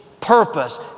purpose